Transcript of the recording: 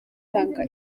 atanga